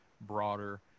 broader